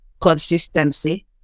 consistency